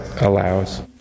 allows